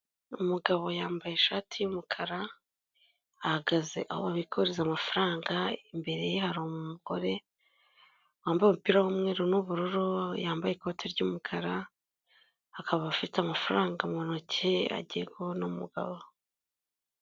Umugabo yambaye ishati y'umukara ahagaze aho babikuriza amafaranga imbere hari umugore wambaye umupira w'umweru n'ubururu yambaye ikote ry'umukara akaba afite amafaranga mu ntoki agiye kubona umugabo.